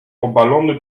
obalony